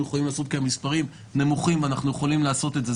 יכולים לעשות כי המספרים נמוכים ואנחנו יכולים לעשות את זה,